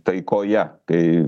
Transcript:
taikoje kai